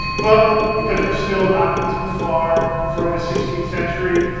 but because we're still not too far from the sixteenth century,